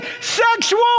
sexual